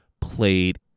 played